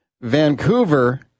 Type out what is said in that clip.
Vancouver